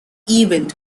event